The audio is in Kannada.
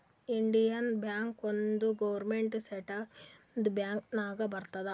ಇಂಡಿಯನ್ ಬ್ಯಾಂಕ್ ಒಂದ್ ಗೌರ್ಮೆಂಟ್ ಸೆಕ್ಟರ್ದು ಬ್ಯಾಂಕ್ ನಾಗ್ ಬರ್ತುದ್